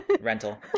Rental